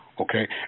okay